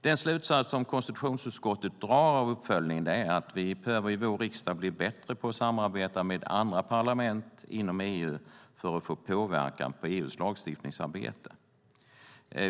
Den slutsats som konstitutionsutskottet drar av uppföljningen är att vi behöver i vår riksdag bli bättre på att samarbeta med andra parlament inom EU för att få påverkan på EU:s lagstiftningsarbete.